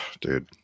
dude